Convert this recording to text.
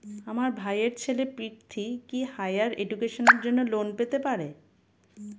আমার ভাইয়ের ছেলে পৃথ্বী, কি হাইয়ার এডুকেশনের জন্য লোন পেতে পারে?